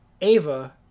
Ava